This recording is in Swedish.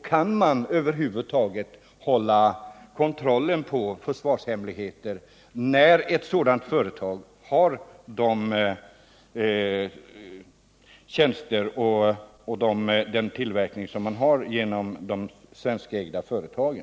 Kan man över huvud taget ha kontroll över försvarshemligheter när ett sådant företag har de tjänster och den tillverkning som det har genom de svenskägda företagen?